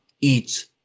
eats